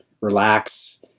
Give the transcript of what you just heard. relax